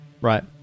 Right